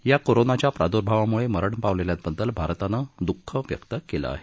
या कोरोनाच्या प्रादुर्भावामुळे मरण पावलेल्यांबद्दल भारतानं दुःख व्यक्त केलं आहे